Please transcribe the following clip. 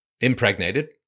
impregnated